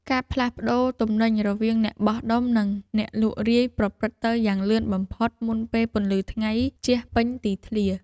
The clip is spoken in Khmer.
ការផ្លាស់ប្តូរទំនិញរវាងអ្នកបោះដុំ និងអ្នកលក់រាយប្រព្រឹត្តទៅយ៉ាងលឿនបំផុតមុនពេលពន្លឺថ្ងៃជះពេញទីធ្លា។